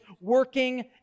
working